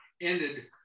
ended